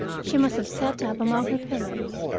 she must have sat up among her pillows,